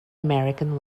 american